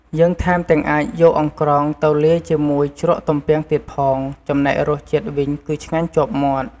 យើងថែមទាំងអាចយកអង្រ្កងទៅលាយជាមួយជ្រក់ទំពាំងទៀតផង ចំណែករសជាតិវិញគឺឆ្ងាញ់ជាប់មាត់។